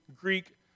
Greek